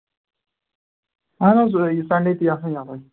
اَہَن حظ یہِ سنٛڈے تہِ آسان یلے